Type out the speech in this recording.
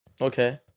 Okay